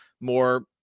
more